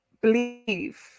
believe